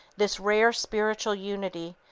this rare spiritual unity,